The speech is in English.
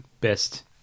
best